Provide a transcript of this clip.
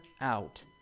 out